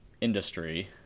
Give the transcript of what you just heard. industry